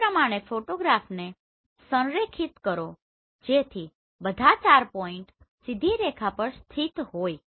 તે પ્રમાણે ફોટોગ્રાફને સંરેખિત કરો જેથી બધા 4 પોઇન્ટ સીધી રેખા પર સ્થિત હોય